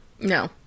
No